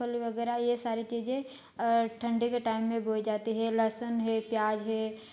मूँगफली वगैरह ये सारी चीजें ठन्डे के टाइम में बोई जाती है लहसुन है प्याज है